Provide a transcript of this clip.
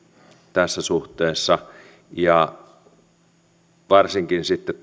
tässä suhteessa varsinkin sitten